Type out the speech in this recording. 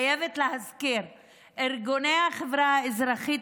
אני חייבת להזכיר את ארגוני החברה האזרחית,